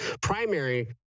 primary